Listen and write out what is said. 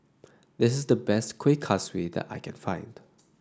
this is the best Kueh Kaswi that I can find